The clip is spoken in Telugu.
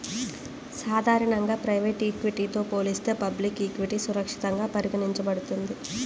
సాధారణంగా ప్రైవేట్ ఈక్విటీతో పోలిస్తే పబ్లిక్ ఈక్విటీ సురక్షితంగా పరిగణించబడుతుంది